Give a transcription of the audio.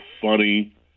funny